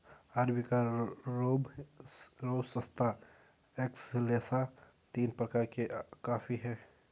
arabica robusta excelsa तीन प्रकार के कॉफी हैं